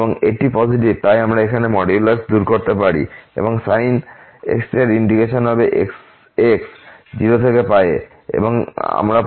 এটি পজিটিভ তাই আমরা এখানে মডুলাস দূর করতে পারি এবং sin x এর ইন্টিগ্রেশন হবে x 0 থেকে এ যাতে আমরা 4 পাব